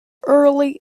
early